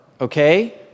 okay